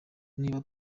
niba